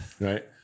right